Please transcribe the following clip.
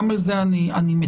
גם על זה אני מצר,